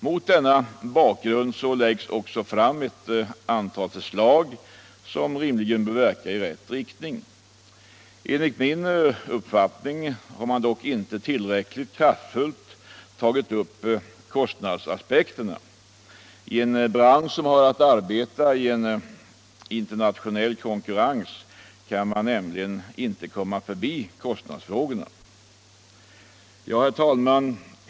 Mot denna bakgrund framläggs också ett antal förslag som rimligen bör verka i rätt riktning. Enligt min uppfattning har man dock inte tillräckligt kraftfullt tagit upp kostnadsaspekterna. I en bransch som har att arbeta i internationell konkurrens kan man nämligen inte komma förbi kostnadsfrågorna. Herr talman!